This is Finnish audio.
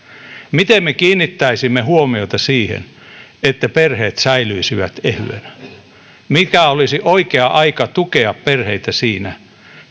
miten me kiinnittäisimme huomiota siihen että perheet säilyisivät ehyenä mikä olisi oikea aika tukea perheitä siinä